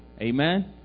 Amen